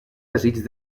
desig